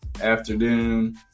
Afternoon